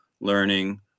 learning